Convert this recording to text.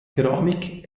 keramik